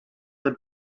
have